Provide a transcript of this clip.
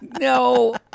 No